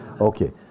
Okay